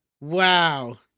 Wow